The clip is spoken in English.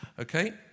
okay